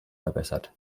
verbessert